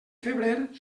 febrer